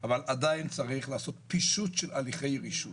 עדיין צריך לעשות פישוט של הליכי רישוי.